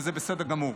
וזה בסדר גמור.